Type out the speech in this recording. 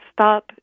stop